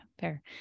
Fair